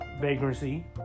Vagrancy